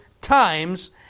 times